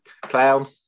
Clown